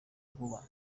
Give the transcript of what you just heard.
vuba